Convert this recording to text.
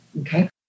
Okay